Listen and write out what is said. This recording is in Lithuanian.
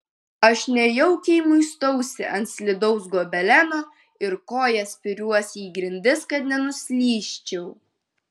aš nejaukiai muistausi ant slidaus gobeleno ir koja spiriuosi į grindis kad nenuslysčiau